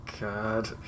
God